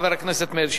חבר הכנסת מאיר שטרית.